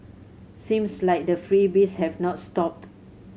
seems like the freebies have not stopped